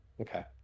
okay